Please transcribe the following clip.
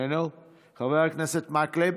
חבר הכנסת מקלב,